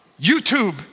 YouTube